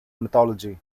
mythology